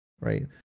right